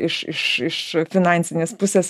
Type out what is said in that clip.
iš iš iš finansinės pusės